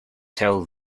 tell